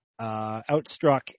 outstruck